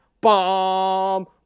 bomb